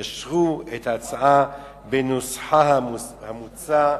שיאשרו את ההצעה בנוסחה המוצע.